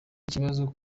ikibazo